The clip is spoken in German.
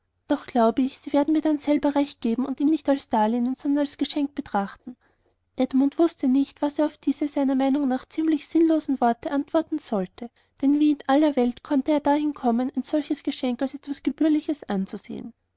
doch glaube ich sie werden mir dann selber recht geben und ihn nicht als darlehen sondern als geschenk betrachten edmund wußte nicht was er auf diese seiner meinung nach ziemlich sinnlosen worte antworten sollte denn wie in aller welt könnte er dahin kommen ein solches geschenk als etwas gebührliches anzusehen